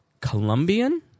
Colombian